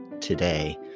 today